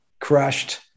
crushed